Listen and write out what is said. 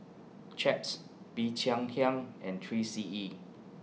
Chaps Bee Cheng Hiang and three C E